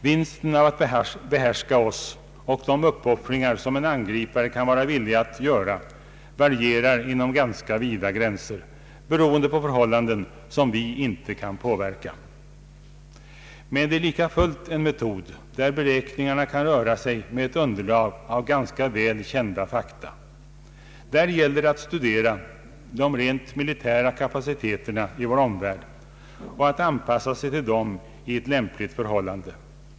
Vinsten av att behärska oss och de uppoffringar som en angripare kan vara villig att göra varierar inom ganska vida gränser, beroende på förhållanden som vi inte kan påverka. Det är lika fullt en metod där beräkningarna kan röra sig med ett underlag av ganska väl kända fakta. Där gäller det att studera de rent militära kapaciteterna i vår omvärld och att anpassa sig till dem i lämplig grad.